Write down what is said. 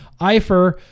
Eifer